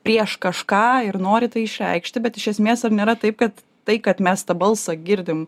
prieš kažką ir nori tai išreikšti bet iš esmės ar nėra taip kad tai kad mes tą balsą girdim